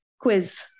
quiz